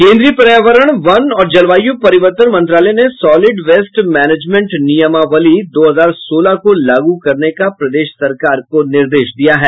केंद्रीय पर्यावरण वन और जलवायु परिवर्तन मंत्रालय ने सॉलिड वेस्ट मैनेजमेंट नियमावली दो हजार सोलह को लागू करने का प्रदेश सरकार को निर्देश दिया है